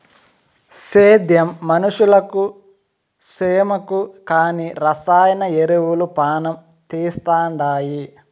సేద్యం మనుషులకు సేమకు కానీ రసాయన ఎరువులు పానం తీస్తండాయి